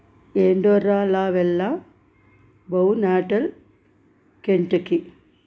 Andorra la Vella Baunatal కెంటికి